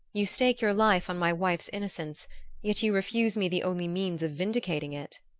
you stake your life on my wife's innocence, yet you refuse me the only means of vindicating it!